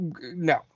No